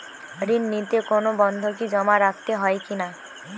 ঋণ নিতে কোনো বন্ধকি জমা রাখতে হয় কিনা?